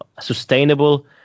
sustainable